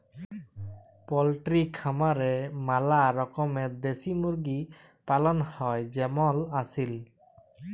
poultry খামারে ম্যালা রকমের দেশি মুরগি পালন হ্যয় যেমল আসিল